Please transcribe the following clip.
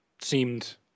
seemed